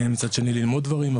מצד שני ללמוד דברים.